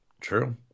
True